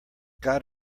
got